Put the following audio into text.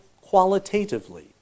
qualitatively